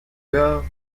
gars